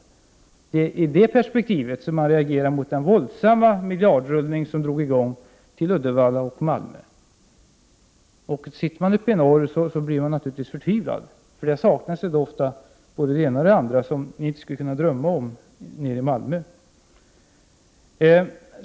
Det är i det perspektivet som man har reagerat mot den våldsamma miljardrullning som drogs i gång till Uddevalla och Malmö. De som sitter uppe i norr blir naturligtvis förtvivlade. Där saknas både det ena och det andra, som ni inte skulle kunna drömma om att vara utan nere i Malmö.